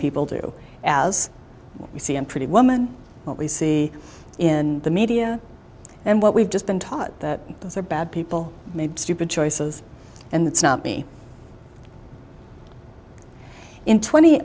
people do as you see in pretty woman what we see in the media and what we've just been taught that they're bad people make stupid choices and that's not me in twenty